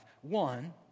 One